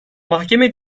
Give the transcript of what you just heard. mahkeme